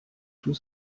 tout